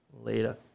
Later